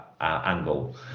angle